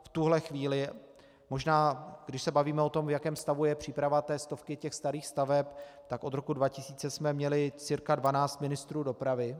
V tuhle chvíli, možná když se bavíme o tom, v jakém stavu je příprava stovky těch starých staveb, tak od roku 2000 jsme měli cca dvanáct ministrů dopravy.